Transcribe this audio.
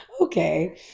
okay